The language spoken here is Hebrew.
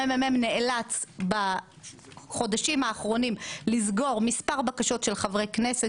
המ.מ.מ נאלץ בחודשים האחרונים לסגור מספר בקשות של חברי כנסת